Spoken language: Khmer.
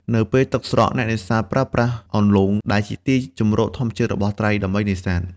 នៅពេលទឹកស្រក អ្នកនេសាទប្រើប្រាស់ អន្លង់ ដែលជាទីជម្រកធម្មជាតិរបស់ត្រី ដើម្បីនេសាទ។